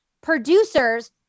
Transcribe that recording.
producer's